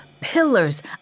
pillars